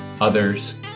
others